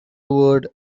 word